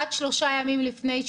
עד שלושה ימים לפני,